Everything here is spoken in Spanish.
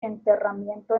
enterramiento